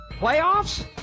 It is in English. playoffs